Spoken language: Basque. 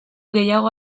gehiago